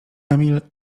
emil